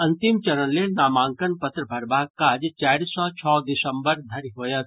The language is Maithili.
अंतिम चरण लेल नामांकन पत्र भरबाक काज चारि सॅ छओ दिसम्बर धरि होयत